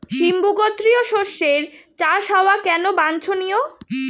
সিম্বু গোত্রীয় শস্যের চাষ হওয়া কেন বাঞ্ছনীয়?